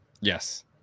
Yes